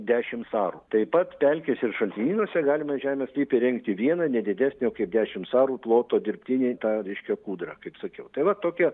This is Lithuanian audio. dešimt arų taip pat pelkėse ir šaltiniuose galima žemės sklype įrengti vieną ne didesnio kaip dešimt arų ploto dirbtinę tą reiškias kūdrą kaip sakiau tai va tokie